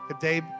Today